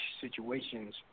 situations